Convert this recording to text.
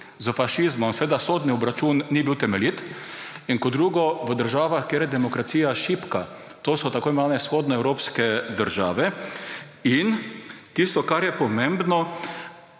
s fašizmom, sodni obračun ni bil temeljit, in v državah, kjer je demokracija šibka, to so tako imenovane vzhodnoevropske države. Tisto, kar je pomembno,